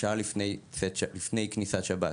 שעה לפני כניסת שבת.